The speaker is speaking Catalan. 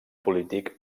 polític